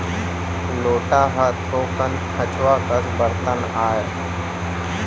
लोटा ह थोकन खंचवा कस बरतन आय